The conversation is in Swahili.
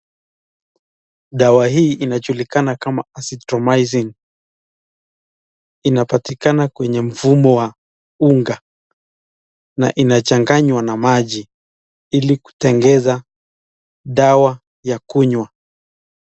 Dawa hii inajulikana kama Azithromycin. Inapatikana kwenye mfumo wa unga na inachanganywa na maji ili kutengeza dawa ya kunywa.